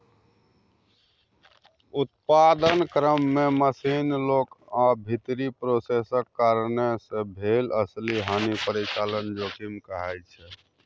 उत्पादन क्रम मे मशीन, लोक आ भीतरी प्रोसेसक कारणेँ भेल असली हानि परिचालन जोखिम कहाइ छै